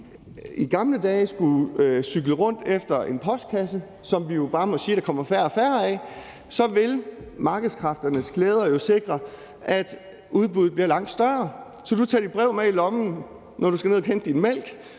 i gamle dage skulle cykle rundt efter en postkasse, som vi jo bare må sige der kommer færre og færre af, vil markedskræfternes glæder jo sikre, at udbuddet bliver langt større. Så du tager dit brev med i lommen, når du skal ned at hente din mælk,